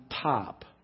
top